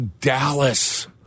Dallas